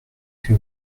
que